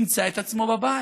ימצא את עצמו בבית.